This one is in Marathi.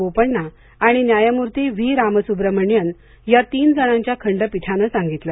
बोपण्णा आणि न्यायमूर्ती व्ही रामसुब्रमणियन या तीन जणांच्या खंडपीठान सांगितलं